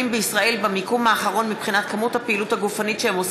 בישראל במקום האחרון בהיקף הפעילות הגופנית שלהם,